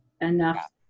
enough